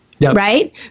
Right